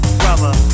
brother